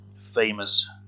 famous